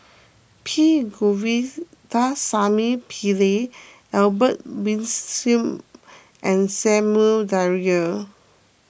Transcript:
P Govindasamy Pillai Albert Winsemius and Samuel Dyer